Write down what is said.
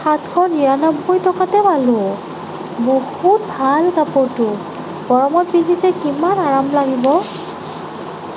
সাতশ নিৰান্নব্বৈ টকাতে পালোঁ বহুত ভাল কাপোৰটো গৰমত পিন্ধি যে কিমান আৰাম লাগিব